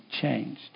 changed